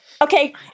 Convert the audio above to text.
Okay